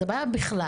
זו בעיה בכלל.